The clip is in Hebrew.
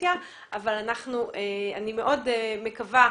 מהאופוזיציה אבל אני מאוד מקווה.